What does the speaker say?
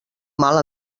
mal